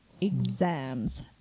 Exams